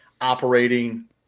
operating